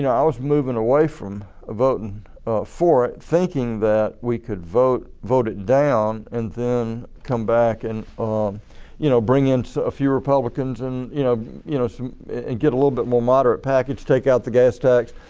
yeah i was moving away from ah voting and for it thinking that we could vote vote it down and then come back and um you know bring in a few republicans and you know you know so and get a little bit more moderate package, take out the gas tax.